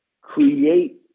create